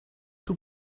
tout